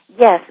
Yes